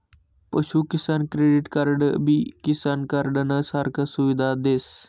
पशु किसान क्रेडिट कार्डबी किसान कार्डनं सारखा सुविधा देस